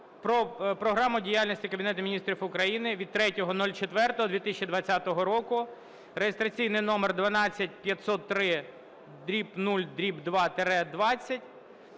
Програму діяльності Кабінету Міністрів України від 03.04.2020 року (реєстраційний номер 12503/0/2-20).